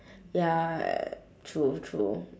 ya true true